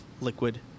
liquid